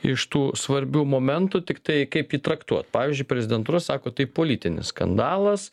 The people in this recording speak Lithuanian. iš tų svarbių momentų tiktai kaip jį traktuot pavyzdžiui prezidentūra sako tai politinis skandalas